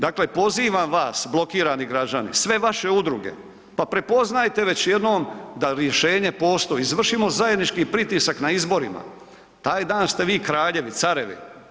Dakle, pozivam vas blokirani građani, sve vaše udruge pa prepoznajte već jednom da rješenje postoji, izvršimo zajednički pritisak na izborima, taj dan ste vi kraljevi, carevi.